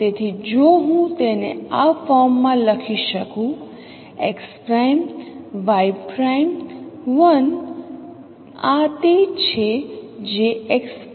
તેથી જો હું તેને આ ફોર્મમાં લખી શકું x 'y' 1 આ તે છે જે x' ટ્રાન્સપોઝ છે